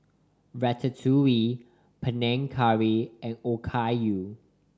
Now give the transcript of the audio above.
Ratatouille Panang Curry and Okayu